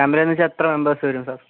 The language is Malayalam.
ഫാമിലി എന്നുവെച്ചാൽ എത്ര മെംബേർസ് വരും സർ